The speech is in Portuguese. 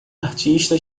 artista